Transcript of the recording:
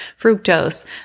fructose